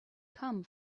come